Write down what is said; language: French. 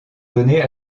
donner